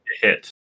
hit